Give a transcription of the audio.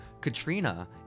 Katrina